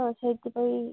ତ ସେଇଥିପାଇଁ